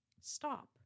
stop